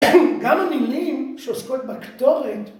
גם המילים שעוסקות בכתורת